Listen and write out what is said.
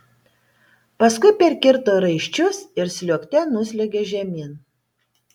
paskui perkirto raiščius ir sliuogte nusliuogė žemyn